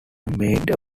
made